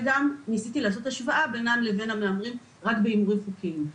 וגם ניסיתי לעשות השוואה בינם לבין המהמרים רק בהימורים חוקיים.